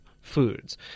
foods